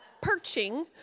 perching